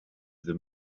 the